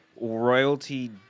royalty